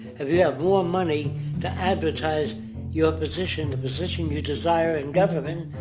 have yeah more money to advertise your position, the position you desire in government,